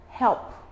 help